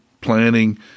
planning